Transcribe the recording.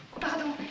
Pardon